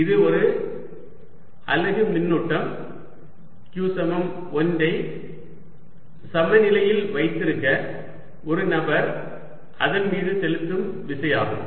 இது ஒரு அலகு மின்னூட்டம் q சமம் 1 ஐ சமநிலையில் வைத்திருக்க ஒரு நபர் அதன் மீது செலுத்தும் விசை ஆகும்